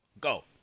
Go